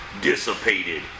dissipated